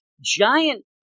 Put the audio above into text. giant